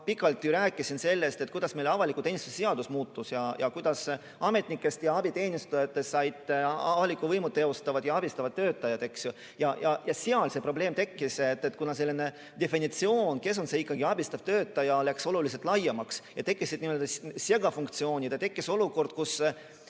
juba pikalt sellest, kuidas meil avaliku teenistuse seadus muutus ja kuidas ametnikest ja abiteenistujatest said avalikku võimu teostavad ja abistavad töötajad. Ja seal see probleem tekkis, kuna selline definitsioon, kes on ikkagi see abistav töötaja, läks oluliselt laiemaks ja tekkisid ka n-ö segafunktsioonid. Tekkis olukord, kus